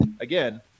again